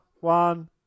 One